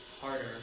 harder